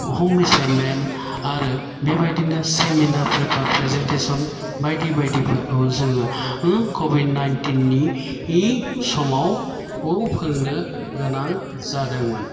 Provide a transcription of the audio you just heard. हम एसाइनमेन्त आरो बेबादिनो सेमिनार फोर बा प्रेजेनटेसन बायदि बायदिफोरखौ जोङो कभिद नाइनतिन नि समाव फोरोंनो गोनां जादोंमोन